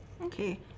Okay